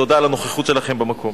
תודה על הנוכחות שלכם במקום.